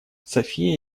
софия